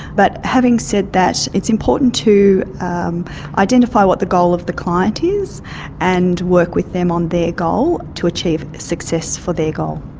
but having said that it's important to um identify what the goal of the client is and work with them on their goal to achieve success for their goal.